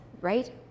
right